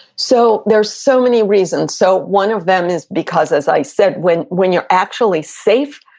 so, there's so many reasons. so one of them is, because as i said, when when you're actually safe,